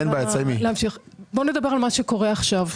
נדבר על מה שקורה עכשיו.